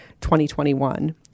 2021